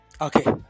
Okay